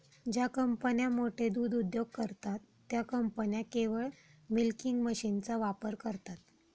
ज्या कंपन्या मोठे दूध उद्योग करतात, त्या कंपन्या केवळ मिल्किंग मशीनचा वापर करतात